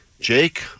Jake